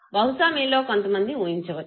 బహుశా మీలో కొంతమంది ఊహించవచ్చు